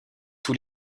tous